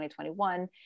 2021